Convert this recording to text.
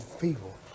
people